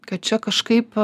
kad čia kažkaip